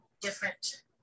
different